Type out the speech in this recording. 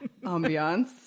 ambiance